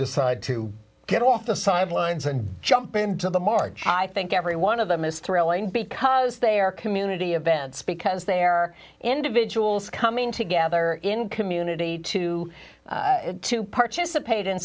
decide to get off the sidelines and jump into the march i think every one of them is thrilling because they are community events because there are individuals coming together in community to to participate in